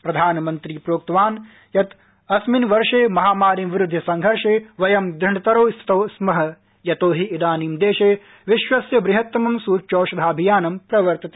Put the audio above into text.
प्रधानमन्त्री प्रोक्तवान् यत् अस्मिन् वर्षे महामार्गी विरुध्य संघर्षे वयं दृढतरौ स्थितौ स्म यतो हि इदानीं देशे विश्वस्य बृहत्तमं सूच्यौषधाभियानं प्रवर्तते